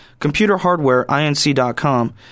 ComputerHardwareinc.com